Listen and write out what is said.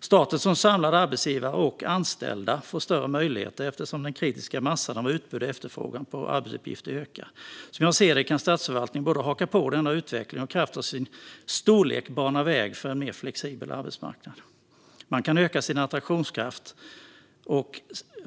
Staten som samlad arbetsgivare får, liksom de anställda, större möjligheter eftersom den kritiska massan av utbud och efterfrågan på arbetsuppgifter ökar. Som jag ser det kan statsförvaltningen både haka på denna utveckling och i kraft av sin storlek bana väg för en mer flexibel arbetsmarknad. Man kan öka sin attraktionskraft.